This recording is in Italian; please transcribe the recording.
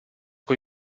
con